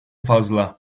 fazla